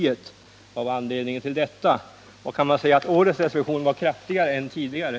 Jag vill fråga utrikesministern vad som var anledningen till detta och om man kan säga att årets resolution var kraftigare än den tidigare.